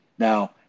Now